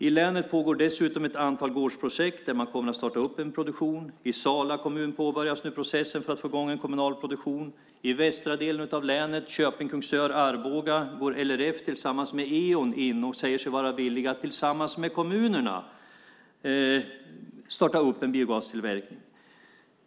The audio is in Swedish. I länet pågår dessutom ett antal gårdsprojekt där man kommer att starta en produktion. I Sala kommun påbörjas nu processen för att få i gång en kommunal produktion. I västra delen av länet, Köping, Kungsör och Arboga, går LRF tillsammans med Eon in och säger sig vara villiga att tillsammans med kommunerna starta biogastillverkning.